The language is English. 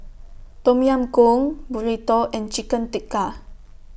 Tom Yam Goong Burrito and Chicken Tikka